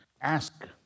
ask